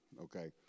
Okay